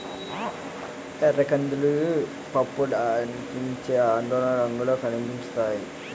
ఎర్రకందులు పప్పులాడించితే అదొక రంగులో కనిపించుతాయి